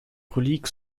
reliques